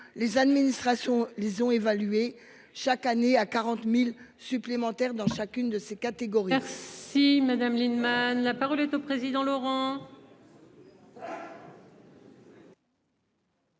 les administrations ont évalué chaque année à 40.000 supplémentaires dans chacune de ces catégories. Si Madame Lienemann. La parole est au président Laurent.